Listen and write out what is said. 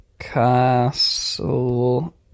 castle